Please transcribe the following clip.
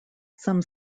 some